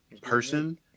person